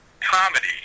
comedy